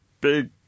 big